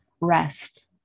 Rest